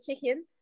chicken